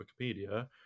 Wikipedia